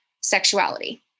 sexuality